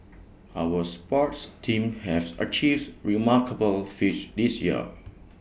our sports teams have achieves remarkable feats this year